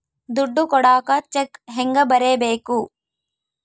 ದುಡ್ಡು ಕೊಡಾಕ ಚೆಕ್ ಹೆಂಗ ಬರೇಬೇಕು?